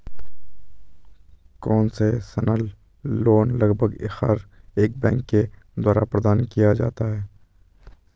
concessional loan लगभग हर एक बैंक के द्वारा प्रदान किया जाता है